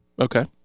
Okay